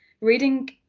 reading